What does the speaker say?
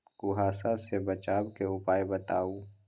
कुहासा से बचाव के उपाय बताऊ?